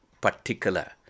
particular